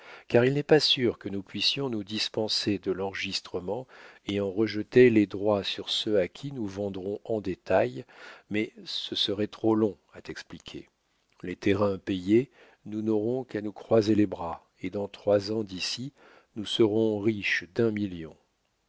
car il n'est pas sûr que nous puissions nous dispenser de l'enregistrement et en rejeter les droits sur ceux à qui nous vendrons en détail mais ce serait trop long à t'expliquer les terrains payés nous n'aurons qu'à nous croiser les bras et dans trois ans d'ici nous serons riches d'un million